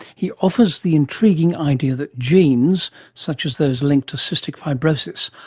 he offers the intriguing idea that genes, such as those linked to cystic fibrosis,